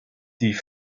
die